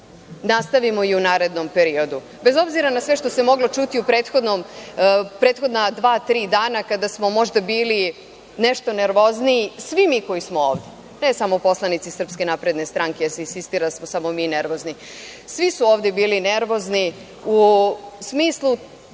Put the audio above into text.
nastavimo i u narednom periodu bez obzira na sve što se moglo čuti u prethodna dva, tri dana kada smo možda bili nešto nervozniji, svi mi koji smo ovde, ne samo poslanici SNS, jer se insistira da smo samo mi nervozni. Svi su ovde bili nervozni u smislu